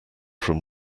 from